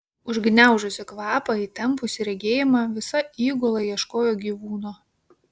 užgniaužusi kvapą įtempusi regėjimą visa įgula ieškojo gyvūno